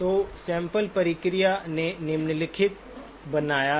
तो सैंपल प्रक्रिया ने निम्नलिखित बनाया है